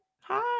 Hi